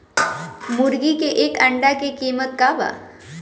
मुर्गी के एक अंडा के कीमत का बा?